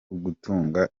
ugutanga